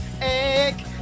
egg